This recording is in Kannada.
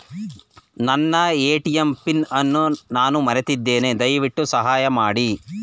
ನನ್ನ ಎ.ಟಿ.ಎಂ ಪಿನ್ ಅನ್ನು ನಾನು ಮರೆತಿದ್ದೇನೆ, ದಯವಿಟ್ಟು ಸಹಾಯ ಮಾಡಿ